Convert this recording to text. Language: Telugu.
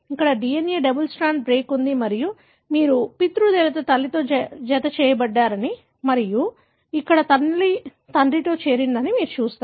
ఇక్కడ DNA డబుల్ స్ట్రాండ్ బ్రేక్ ఉంది మరియు మీరు పితృదేవత తల్లితో జతచేయబడ్డారని మరియు ఇక్కడ తల్లి తండ్రితో చేరిందని మీరు చూస్తారు